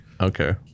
okay